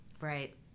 Right